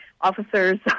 officers